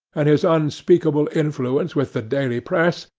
and his unspeakable influence with the daily press,